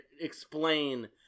explain